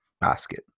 basket